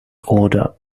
order